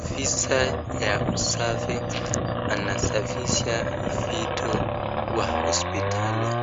Afisa ya usafi anasafisha vitu wa hospitali,